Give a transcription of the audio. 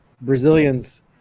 brazilians